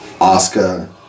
Oscar